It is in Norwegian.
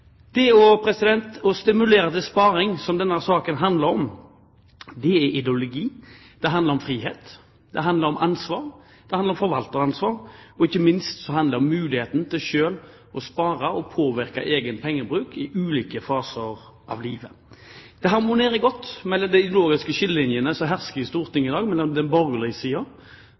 Det å stimulere til sparing, som denne saken handler om, er ideologi. Det handler om frihet. Det handler om ansvar. Det handler om forvalteransvar, og ikke minst handler det om muligheten til selv å spare og påvirke egen pengebruk i ulike faser av livet. Det harmonerer godt med de ideologiske skillelinjene som hersker i Stortinget i dag mellom den